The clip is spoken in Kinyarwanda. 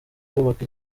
kubaka